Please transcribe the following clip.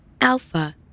Alpha